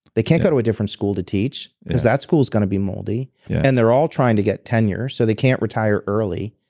they can't go to a different school to teach because that school is going to be moldy and they are all trying to get tenures so they can't retire early.